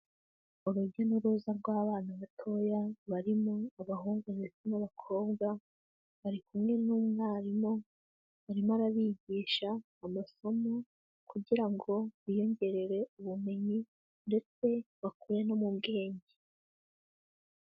Urujya n'uruza rw'abana batoya barimo abahungu ndetse n'abakobwa, bari kumwe n'umwarimu arimo arabigisha amasomo kugira ngo biyongerere ubumenyi ndetse bakure no mu bwenge.